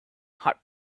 had